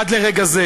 עד לרגע זה